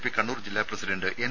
P Kannur ജില്ലാ president N